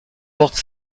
porte